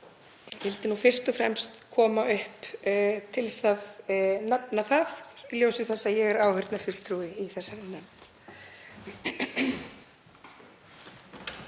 Ég vildi fyrst og fremst koma upp til þess að nefna það í ljósi þess að ég er áheyrnarfulltrúi í þessari nefnd.